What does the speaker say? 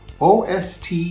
OST